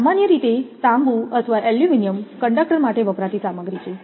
સામાન્ય રીતે તાંબુ અથવા એલ્યુમિનિયમ કંડક્ટર માટે વપરાતી સામગ્રી છે